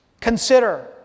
consider